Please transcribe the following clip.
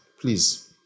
Please